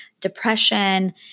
depression